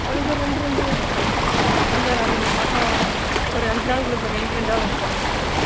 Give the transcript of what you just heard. அது சார் ரெண்டு ரெண்டு தான் அதுதான் சார் அது இந்த மாதம் ஒரு அஞ்சு நாளுக்குள்ளே சார் ரெண்டு ரெண்டாக வரும் சார் ரெண்டு ரெண்டு கிலோ